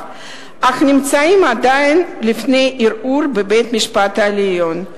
אך עדיין נמצאים לפני ערעור בפני בית-המשפט העליון.